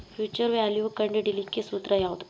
Future value ಕಂಢಿಡಿಲಿಕ್ಕೆ ಸೂತ್ರ ಯಾವ್ದು?